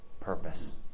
purpose